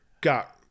got